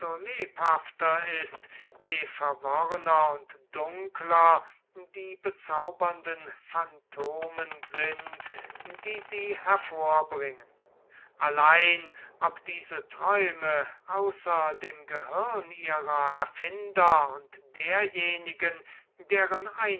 lebhafter ist je verworrener und dunkler die bezaubernden phantomen sind die sie hervorbringen allein ob diese träume außer dem gehirn ihrer erfinder und derjenigen deren